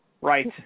Right